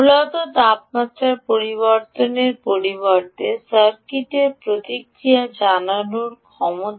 মূলত তাপমাত্রার পরিবর্তনের পরিবর্তে সার্কিটের প্রতিক্রিয়া জানানোর ক্ষমতা